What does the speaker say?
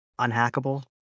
unhackable